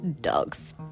dogs